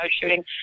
shooting